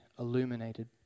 illuminated